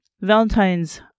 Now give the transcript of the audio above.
Valentine's